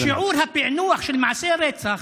כי שיעור הפענוח של מעשי הרצח